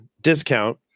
discount